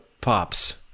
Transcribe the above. pops